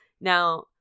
Now